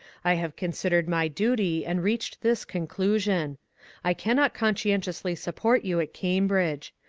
i have considered my duty and reached this conclusion i cannot conscientiously support you at cam bridge.